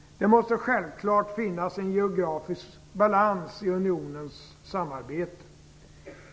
Det måste självklart finnas en geografisk balans i unionens samarbete.